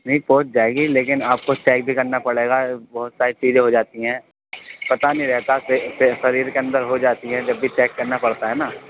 نہیں پہنچ جائے گی لیکن آپ کو چیک بھی کرنا پڑے گا بہت ساری چیزیں ہو جاتی ہیں پتہ نہیں رہتا کہ کہ شریر کے اندر ہو جاتی ہے جب بھی چیک کرنا پڑتا ہے نا